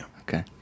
Okay